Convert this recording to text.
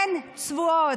הן צבועות.